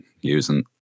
using